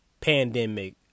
pandemic